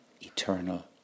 eternal